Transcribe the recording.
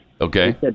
Okay